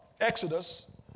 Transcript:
Exodus